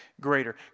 greater